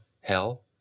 Hell